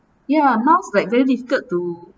ya miles like very difficult to